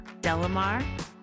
Delamar